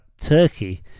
Turkey